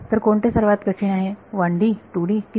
तर कोणते सर्वात कठीण आहे 1D 2D की 3D